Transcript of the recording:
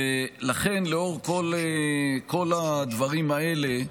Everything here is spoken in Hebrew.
לכן, לאור כל הדברים האלה,